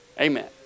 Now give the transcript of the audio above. Amen